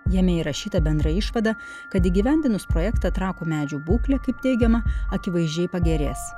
jame įrašyta bendra išvada kad įgyvendinus projektą trakų medžių būklė kaip teigiama akivaizdžiai pagerės